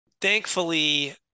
thankfully